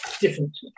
different